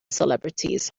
celebrities